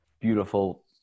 beautiful